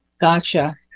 Gotcha